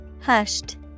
Hushed